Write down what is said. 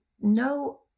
no